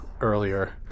earlier